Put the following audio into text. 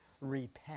Repent